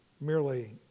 merely